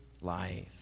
life